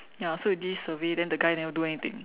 ya so we did survey then the guy never do anything